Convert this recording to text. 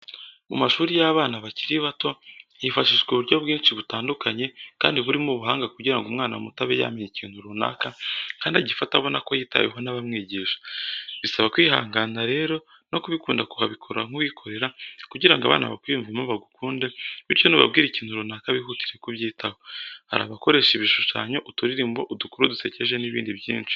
Mu mashuri y'abana bakiri bato hifashishwa uburyo bwinshi butandukanye kandi burimo ubuhanga kugira ngo umwana muto abe yamenya ikintu runaka kandi agifate abona ko yitaweho n'abamwigisha. Bisaba kwihangana rero no kubikunda ukabikora nk'uwikorera kugira ngo abana bakwiyumvemo bagukunde bityo nubabwira ikintu runaka bihutire kubyitaho. Hari abakoresha ibishushanyo, uturirimbo, udukuru dusekeje n'ibindi byinshi.